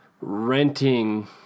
renting